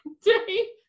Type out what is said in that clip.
day